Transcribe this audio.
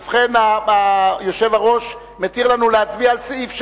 ובכן, היושב-ראש מתיר לנו להצביע על סעיף 3,